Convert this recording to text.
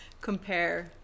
compare